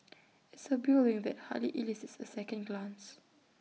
it's A building that hardly elicits A second glance